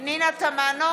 פנינה תמנו,